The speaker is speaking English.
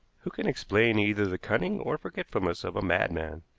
who can explain either the cunning or forgetfulness of a madman?